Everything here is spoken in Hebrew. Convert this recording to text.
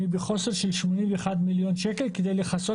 אני בחוסר של 81 מיליון שקל כדי לכסות